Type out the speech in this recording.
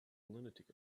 lunatic